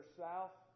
south